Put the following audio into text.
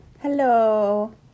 Hello